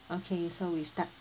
okay so we start